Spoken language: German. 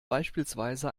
beispielsweise